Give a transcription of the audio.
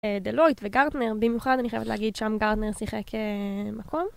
דלויט וגרטנר… במיוחד אני חייבת להגיד שם גרטנר שיחק מקום.